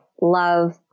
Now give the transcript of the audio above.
love